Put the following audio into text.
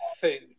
food